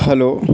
hello